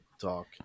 talk